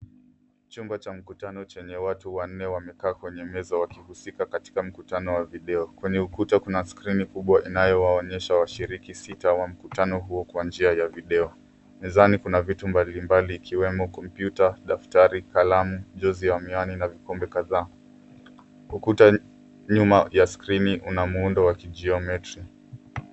Chumba cha mkutano chenye watu wanne wamekaa kwenye meza wakihusika katika mkutano wa video. Kwenye ukuta kuna skrini kubwa inayowaonyesha washiriki sita wa mkutano huo kwa njia ya video. Mezani kuna vitu mbalimbali ikiwemo kompyuta, daftari, kalamu, jozi ya miwani na vikombe kadhaa. Ukuta nyuma ya skrini una muundo wa kijiometri.